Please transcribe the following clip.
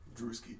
Drewski